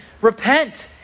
repent